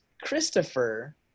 Christopher